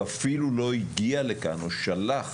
הוא אפילו לא הגיע לכאן, הוא שלח